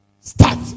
Start